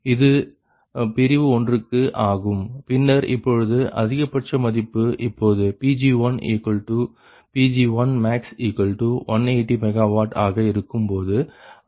இது பிரிவு ஒன்றிற்கு ஆகும் பின்னர் இப்பொழுது அதிகபட்ச மதிப்பு இப்பொழுது Pg1 Pg1max180 MW ஆக இருக்கும்போது